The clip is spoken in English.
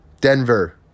Denver